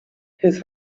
his